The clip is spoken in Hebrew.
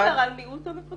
דובר כאן על מיעוט המפקחים.